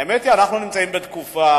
האמת היא שאנחנו נמצאים בתקופה